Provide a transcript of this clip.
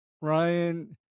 Ryan